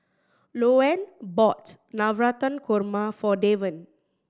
Louann bought Navratan Korma for Deven